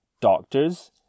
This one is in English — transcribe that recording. doctors